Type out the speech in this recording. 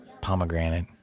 pomegranate